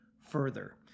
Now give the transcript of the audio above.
further